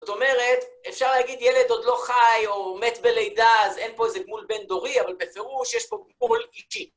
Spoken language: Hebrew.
זאת אומרת, אפשר להגיד, ילד עוד לא חי או מת בלידה, אז אין פה איזה גמול בין-דורי, אבל בפירוש, יש פה גמול עיתי.